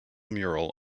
mural